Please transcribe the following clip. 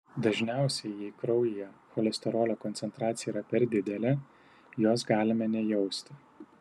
dažniausiai jei kraujyje cholesterolio koncentracija yra per didelė jos galime nejausti